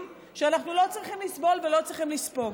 שאנחנו לא צריכים לסבול ולא צריכים לספוג,